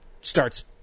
starts